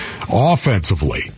Offensively